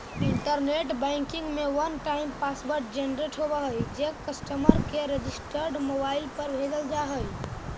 internet banking में one time password generate होवऽ हइ जे कस्टमर के रजिस्टर्ड मोबाइल पर भेजल जा हइ